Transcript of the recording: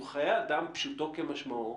שהוא חיי אדם פשוטו כמשמעו,